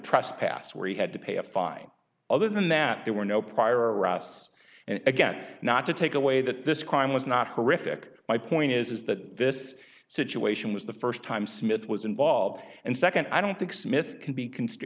trespass where he had to pay a fine other than that there were no prior arrests and again not to take away that this crime was not horrific my point is is that this situation was the first time smith was involved and second i don't think smith can be construed